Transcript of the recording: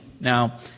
Now